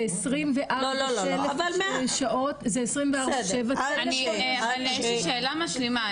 זה 24/7. יש לי שאלה משלימה,